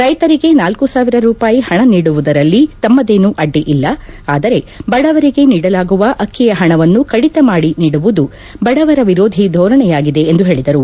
ರೈತರಿಗೆ ನಾಲ್ಲು ಸಾವಿರ ರೂಪಾಯಿ ಹಣ ನೀಡುವುದರಲ್ಲಿ ತಮ್ನದೇನು ಅಡ್ಡಿಯಿಲ್ಲ ಆದರೆ ಬಡವರಿಗೆ ನೀಡಲಾಗುವ ಅಕ್ಕಿಯ ಪಣವನ್ನು ಕಡಿತ ಮಾಡಿ ನೀಡುವುದು ಬಡವರ ವಿರೋಧಿ ದೋರಣೆಯಾಗಿದೆ ಎಂದು ಹೇಳದರು